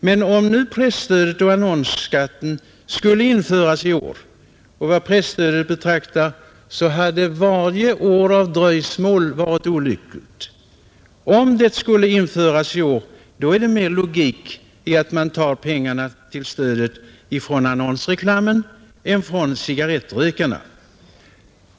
Men om nu presstödet och annonsskatten skulle införas i år — och vad presstödet beträffar så hade varje år av dröjsmål varit olyckligt — är det mer logik i att man tar pengarna till stödet ifrån annonsreklamen än från cigarrettrökarna.